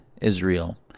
Israel